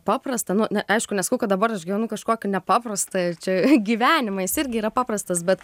paprastą nu ne aišku nesakau kad dabar aš gyvenu kažkokį nepaprastą ir čia gyvenimą jis irgi yra paprastas bet